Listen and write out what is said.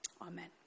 Amen